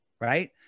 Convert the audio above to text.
right